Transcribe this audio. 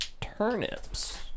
turnips